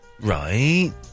Right